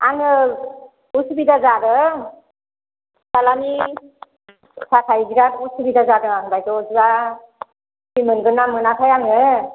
आङो उसुबिदा जादों फिसाज्लानि थाखाय बिराद उसुबिदा जादों आं बायद' जा सुथि मोनगोना मोनाथाय आङो